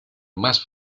más